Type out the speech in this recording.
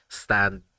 stand